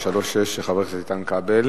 1436, של חבר הכנסת איתן כבל: